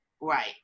right